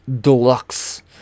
Deluxe